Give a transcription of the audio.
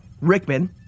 Rickman